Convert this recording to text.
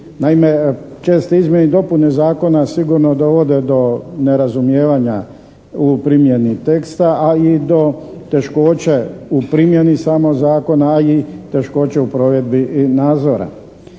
Naime, česte izmjene i dopune zakona sigurno dovode do nerazumijevanja u primjeni teksta a i do teškoće u primjeni samog zakona a i teškoće u provedbi i nadzora.